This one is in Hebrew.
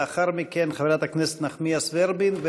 לאחר מכן, חברת הכנסת נחמיאס ורבין.